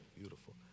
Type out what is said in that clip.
Beautiful